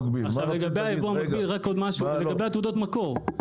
תתייחס לתעודות המקור.